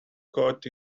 caught